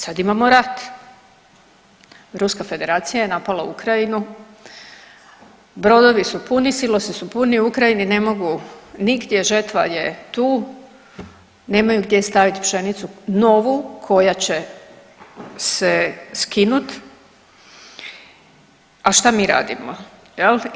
Sad imamo rat, Ruska Federacija je napala Ukrajinu, brodovi su puni, silosi su puni u Ukrajini, ne mogu nigdje, žetva je tu, nemaju gdje staviti pšenicu novu koja će se skinut, a šta mi radimo jel.